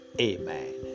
Amen